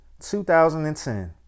2010